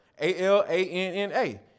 A-L-A-N-N-A